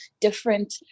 different